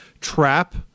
trap